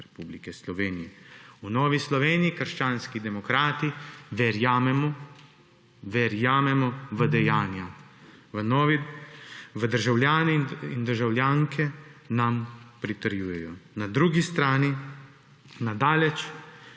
Republike Slovenije. V Novi Sloveniji – krščanski demokrati verjamemo, verjamemo v dejanja, državljane in državljanke nam pritrjujejo. Na drugi strani, na daleč